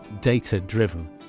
data-driven